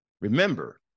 Remember